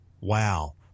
Wow